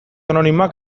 anonimoak